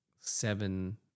seven